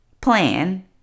plan